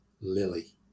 Lily